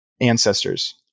ancestors